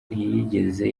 ntiyigeze